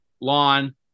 lawn